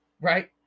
Right